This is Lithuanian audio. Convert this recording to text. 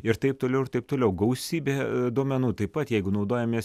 ir taip toliau ir taip toliau gausybę duomenų taip pat jeigu naudojamės